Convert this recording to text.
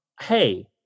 hey